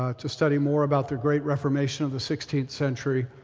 ah to study more about the great reformation of the sixteenth century,